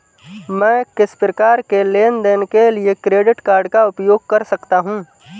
मैं किस प्रकार के लेनदेन के लिए क्रेडिट कार्ड का उपयोग कर सकता हूं?